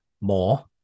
more